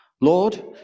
Lord